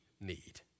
need